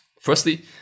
firstly